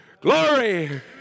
Glory